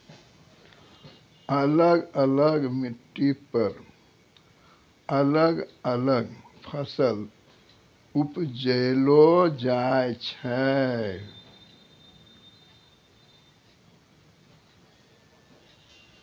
अलग अलग मिट्टी पर अलग अलग फसल उपजैलो जाय छै